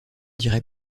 dirai